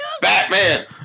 Batman